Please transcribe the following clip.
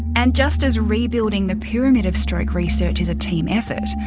and just as rebuilding the pyramid of stroke research is a team effort,